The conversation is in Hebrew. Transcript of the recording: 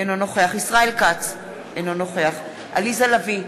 אינו נוכח ישראל כץ, אינו נוכח עליזה לביא,